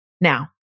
Now